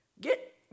Get